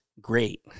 Great